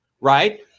Right